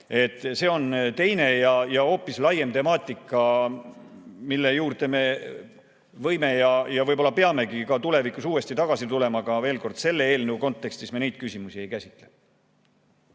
See on teine ja hoopis laiem temaatika, mille juurde me võime ja võib-olla peamegi tulevikus uuesti tagasi tulema, aga veel kord, selle eelnõu kontekstis me neid küsimusi ei käsitle.